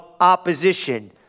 opposition